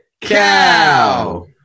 cow